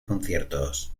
conciertos